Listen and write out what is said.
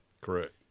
correct